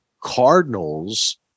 Cardinals